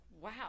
Wow